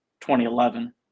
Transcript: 2011